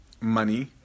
money